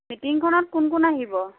মিটিঙখনত কোন কোন আহিব